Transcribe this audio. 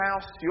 house